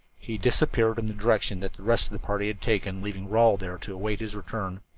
he disappeared in the direction that the rest of the party had taken, leaving rawle there to await his return.